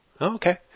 Okay